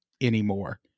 anymore